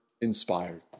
inspired